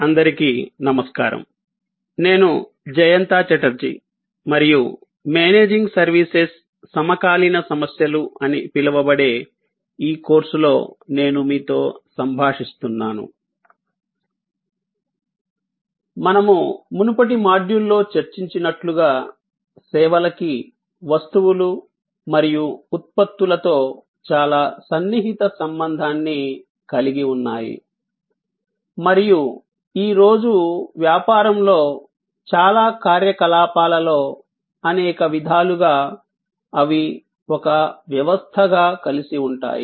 అందరికి నమస్కారం నేను జయంత ఛటర్జీ మరియు మేనేజింగ్ సర్వీసెస్ సమకాలీన సమస్యలు అని పిలువబడే ఈ కోర్సులో నేను మీతో సంభాషిస్తున్నాను మేము మునుపటి మాడ్యూల్లో చర్చించినట్లుగా సేవలకి వస్తువులు మరియు ఉత్పత్తులతో చాలా సన్నిహిత సంబంధాన్ని కలిగి ఉన్నాయి మరియు ఈ రోజు వ్యాపారంలో చాలా కార్యకలాపాలలో అనేక విధాలుగా అవి ఒక వ్యవస్థగా కలిసి ఉంటాయి